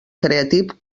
creative